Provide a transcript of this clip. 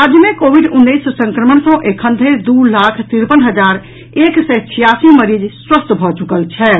राज्य मे कोविड उन्नैस संक्रमण सॅ एखन धरि दू लाख तिरपन हजार एक सय छियासी मरीज स्वस्थ भऽ चुकल छथि